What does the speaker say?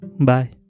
Bye